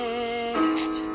Next